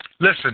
Listen